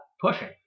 pushing